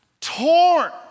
torn